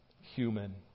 human